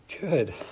good